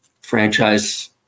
franchise